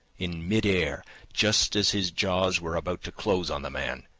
in mid air, just as his jaws were about to close on the man,